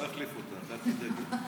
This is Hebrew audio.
לא יחליפו אותך, אל תדאגי.